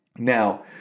Now